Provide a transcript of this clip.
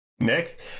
Nick